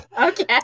Okay